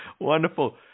Wonderful